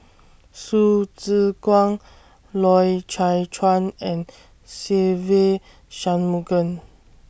Hsu Tse Kwang Loy Chye Chuan and Se Ve Shanmugam